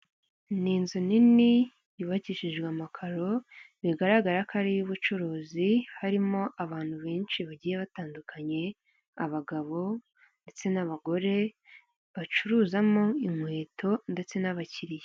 Ni inzu nini yubakishijwe amakaro bigaragara ko ariy'ubucuruzi, harimo abantu benshi bagiye batandukanye, abagabo ndetse n'abagore bacuruzamo inkweto ndetse n'abakiriya.